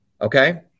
okay